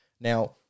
Now